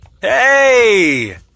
Hey